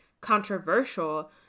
controversial